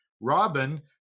Robin